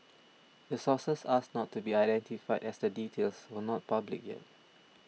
the sources asked not to be identified as the details were not public yet